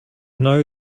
know